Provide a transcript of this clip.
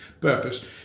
purpose